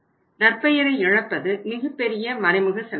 நற்பெயரை இழப்பது மிகப்பெரிய மறைமுக செலவாகும்